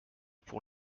pour